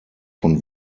von